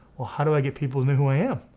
well how do i get people to know who i am?